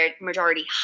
majority